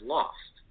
Lost